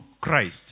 Christ